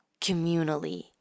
communally